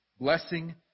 blessing